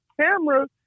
camera